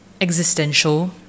existential